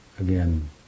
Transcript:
again